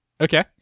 Okay